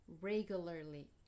regularly